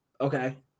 Okay